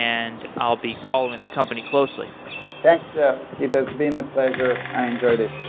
and i'll be following the company closely thanks, jeff. it has been a pleasure. i enjoyed it